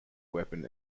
weapon